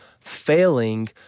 failing